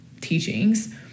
teachings